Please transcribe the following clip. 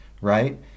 right